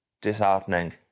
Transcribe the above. disheartening